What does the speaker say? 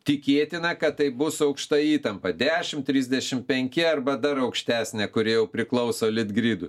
tikėtina kad tai bus aukšta įtampa dešimt trisdešimt penki arba dar aukštesnė kuri jau priklauso litgridui